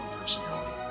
personality